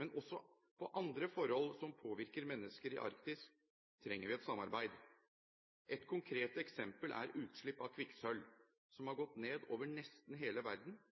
Men også på andre områder som påvirker mennesker i Arktis, trenger vi et samarbeid. Et konkret eksempel er utslipp av kvikksølv, som har gått ned over nesten hele verden.